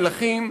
מלחים,